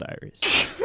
Diaries